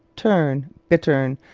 tern, bittern,